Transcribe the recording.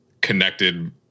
connected